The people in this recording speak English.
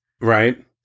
Right